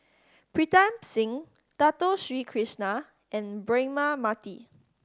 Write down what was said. Pritam Singh Dato Sri Krishna and Braema Mathi